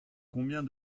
combien